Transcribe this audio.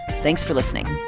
thanks for listening